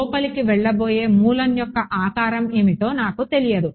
లోపలికి వెళ్ళబోయే మూలం యొక్క ఆకారం ఏమిటో నాకు తెలియదు